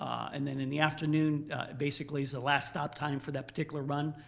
and then in the afternoon basically is the last stop time for that particular run.